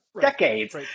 decades